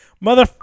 Mother